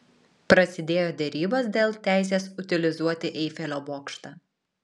prasidėjo derybos dėl teisės utilizuoti eifelio bokštą